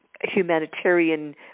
humanitarian